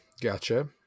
gotcha